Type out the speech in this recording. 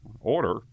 Order